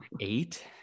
eight